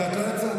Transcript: כי את לא יצאת.